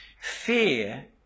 Fear